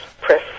press